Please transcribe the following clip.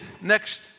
next